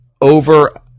over